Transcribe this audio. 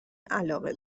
علاقه